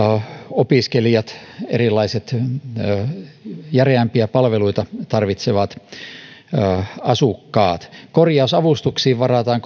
opiskelijat ja erilaiset järeämpiä palveluita tarvitsevat asukkaat korjausavustuksiin varataan